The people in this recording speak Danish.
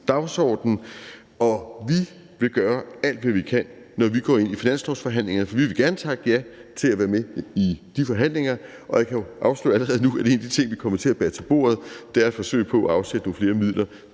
dagsordenen, og vi vil gøre alt, hvad vi kan for det, når vi går ind i finanslovsforhandlingerne. For vi vil gerne takke ja til at være med i de forhandlinger, og jeg kan jo allerede nu afsløre, at en af de ting, vi kommer til at bære til bordet, er et forsøg på at afsætte nogle flere midler